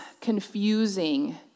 confusing